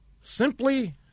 simply